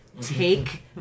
Take